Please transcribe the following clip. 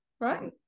right